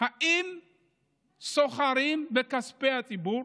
האם סוחרים בכספי הציבור